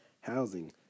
housing